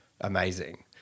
amazing